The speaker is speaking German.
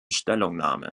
stellungnahme